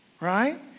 Right